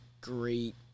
great